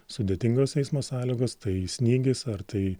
sudėtingos eismo sąlygos tai snygis ar tai